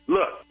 Look